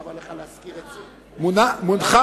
מולך.